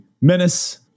Menace